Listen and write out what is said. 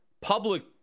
public